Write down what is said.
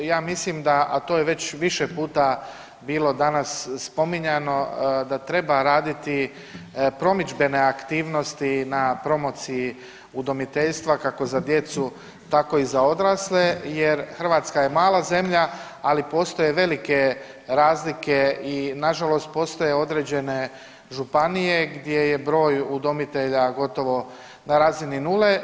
Ja mislim da, a to je već više puta bilo danas spominjano da treba raditi promidžbene aktivnosti na promociji udomiteljstva kako za djecu tako i za odrasle jer Hrvatska je mala zemlja, ali postoje velike razlike i nažalost postoje određene županije gdje je broj udomitelja gotovo na razini nule.